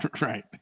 right